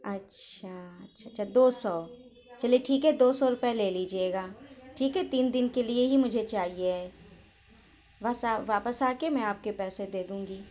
اچھا اچھا اچھا دو سو چلیے ٹھیک ہے دو سو روپیے لے لیجیے گا ٹھیک ہے تین دن کے لیے ہی مجھے چاہیے ہے بس واپس آ کے میں آپ کے پیسے دے دوں گی